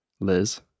Liz